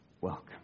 welcome